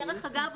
דרך אגב,